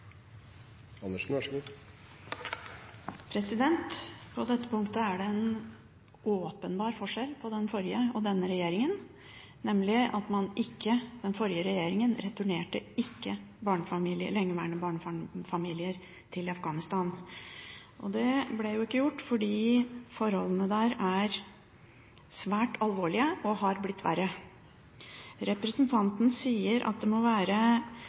det en åpenbar forskjell på den forrige og denne regjeringen, nemlig at den forrige regjeringen ikke returnerte lengeværende barnefamilier til Afghanistan. Det ble ikke gjort fordi forholdene der er svært alvorlige og har blitt verre. Representanten sier at det må være